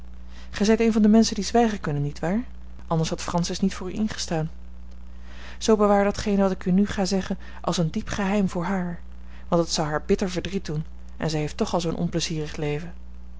gij zijt een van de menschen die zwijgen kunnen niet waar anders had francis niet voor u ingestaan zoo bewaar datgene wat ik u nu ga zeggen als een diep geheim voor haar want het zou haar bitter verdriet doen en zij heeft toch al zoo'n onpleizierig leven